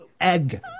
Egg